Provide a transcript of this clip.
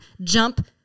jump